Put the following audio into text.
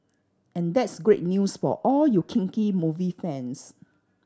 and that's great news for all you kinky movie fans